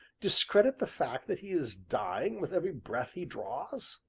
discredit the fact that he is dying with every breath he draws?